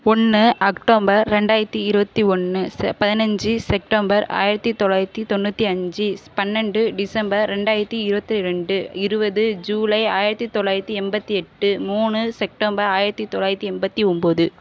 ஒன்று அக்டோபர் ரெண்டாயிரத்தி இருபத்தி ஒன்று செ பதினஞ்சு செப்டெம்பர் ஆயிரத்தி தொள்ளாயிரத்தி தொண்ணூற்றி அஞ்சு பன்னெண்டு டிசம்பர் ரெண்டாயிரத்தி இருபத்தி ரெண்டு இருபது ஜூலை ஆயிரத்தி தொள்ளாயிரத்தி எண்பத்தி எட்டு மூணு செப்டம்பர் ஆயிரத்தி தொள்ளாயிரத்தி எண்பத்தி ஒன்போது